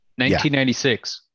1996